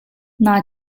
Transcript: naa